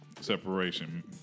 separation